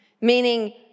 Meaning